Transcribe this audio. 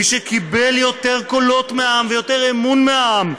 מי שקיבל יותר קולות מהעם ויותר אמון מהעם,